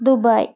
Dubai